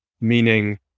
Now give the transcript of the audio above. meaning